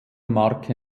marke